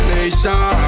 Nation